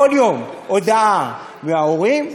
כל יום, הודעה מההורים,